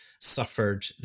suffered